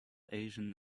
asian